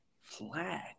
Flag